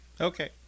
okay